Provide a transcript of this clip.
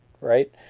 right